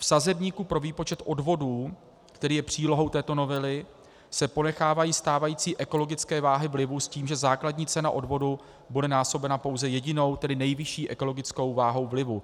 V sazebníku pro výpočet odvodů, který je přílohou této novely, se ponechávají stávající ekologické váhy vlivu s tím, že základní cena odvodu bude násobena pouze jedinou, tedy nejvyšší ekologickou váhou vlivu.